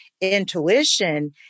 Intuition